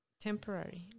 temporary